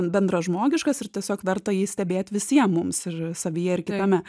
bendražmogiškas ir tiesiog verta jį stebėt visiem mums ir savyje ir kitame